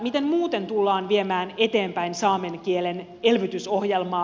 miten muuten tullaan viemään eteenpäin saamen kielen elvytysohjelmaa